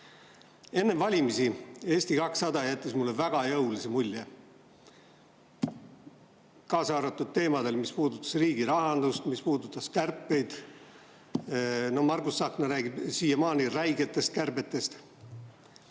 jättis Eesti 200 mulle väga jõulise mulje, kaasa arvatud teemadel, mis puudutasid riigirahandust, mis puudutasid kärpeid. Margus Tsahkna räägib siiamaani räigetest kärbetest.